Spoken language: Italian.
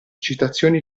citazioni